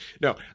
No